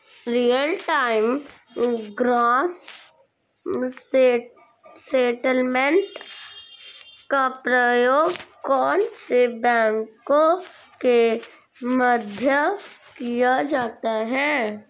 Real time gross settlement का प्रयोग कौन से बैंकों के मध्य किया जाता है?